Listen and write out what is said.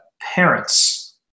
parents